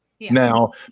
Now